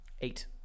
eight